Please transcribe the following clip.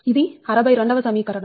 ఇది 62 వ సమీకరణం